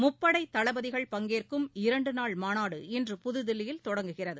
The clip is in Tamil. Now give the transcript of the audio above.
முப்படைத் தளபதிகள் பங்கேற்கும் இரண்டுநாள் மாநாடு இன்று புதுதில்லியில் தொடங்குகிறது